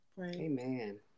amen